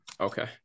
Okay